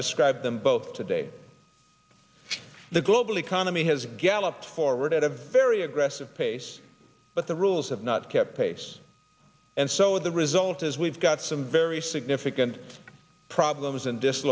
describe them both today the global economy has galloped forward at a very aggressive pace but the rules have not kept pace and so the result is we've got some very significant problems and